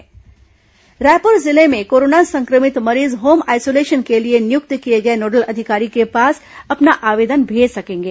corona जांच सुविधा रायपुर जिले में कोरोना संक्रमित मरीज होम आइसोलेशन के लिए नियुक्त किए गए नोडल अधिकारी के पास अपना आवेदन भेज सकेंगे